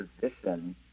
position